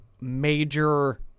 major